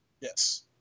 yes